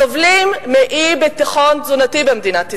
סובלים מאי-ביטחון תזונתי במדינת ישראל.